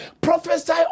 prophesy